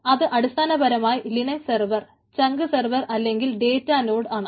അത് അടിസ്ഥാനപരമായി Linux server chunk server അല്ലെങ്കിൽ ഡേറ്റാ നോഡ് ആണ്